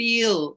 Feel